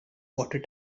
water